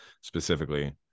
specifically